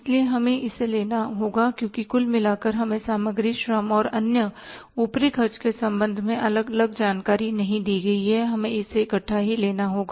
इसलिए हमें इसे लेना होगा क्योंकि कुल मिलाकर हमें सामग्री श्रम और अन्य ऊपरी खर्च के संबंध में अलग अलग जानकारी नहीं दी गई है हमें इसे इकट्ठा ही लेना होगा